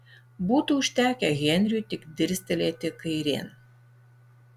būtų užtekę henriui tik dirstelėti kairėn